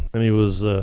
and he was